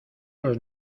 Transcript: los